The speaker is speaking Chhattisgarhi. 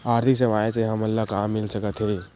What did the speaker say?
आर्थिक सेवाएं से हमन ला का मिल सकत हे?